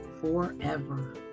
forever